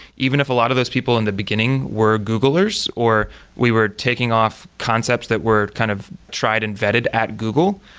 even if a lot of those people in the beginning were googlers, or we were taking off concepts that were kind of tried and vetted at google,